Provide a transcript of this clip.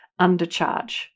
undercharge